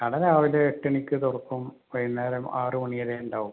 കട രാവിലെ എട്ടുമണിക്ക് തുറക്കും വൈകുന്നേരം ആറുമണി വരെ ഉണ്ടാവും